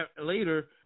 later